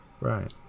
right